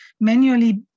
manually